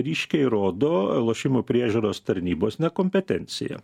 ryškiai rodo lošimų priežiūros tarnybos nekompetenciją